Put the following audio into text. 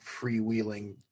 freewheeling